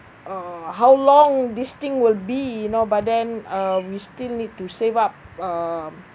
uh how long this thing will be you know but then uh we still need to save up uh